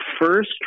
first